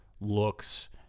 looks